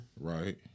Right